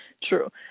true